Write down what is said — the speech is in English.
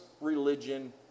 religion